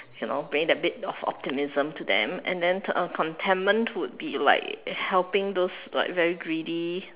you know being that bit of optimism to them and then uh contentment would be like helping those like very greedy